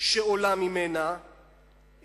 שעולה מהתפזורת הזאת,